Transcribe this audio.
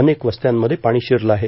अनेक वस्त्यांमध्ये पाणी शिरलं आहे